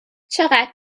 چقدر